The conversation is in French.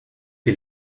que